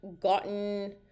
gotten